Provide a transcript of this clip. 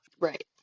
Right